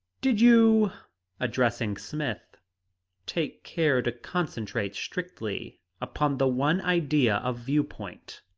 did you addressing smith take care to concentrate strictly upon the one idea of view-point?